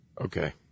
Okay